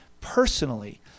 personally